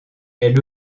est